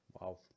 Wow